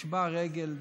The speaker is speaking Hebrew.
נשברה רגל,